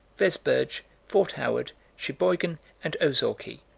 vesburge, fort howard, sheboygan, and ozaukee.